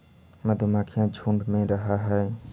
मधुमक्खियां झुंड में रहअ हई